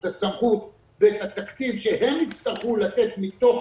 את הסמכות ואת התקציב שהם יצטרכו לתת מתוך